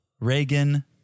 Reagan